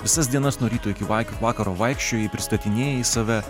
visas dienas nuo ryto iki vakaro vaikščiojai pristatinėjai save